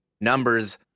numbers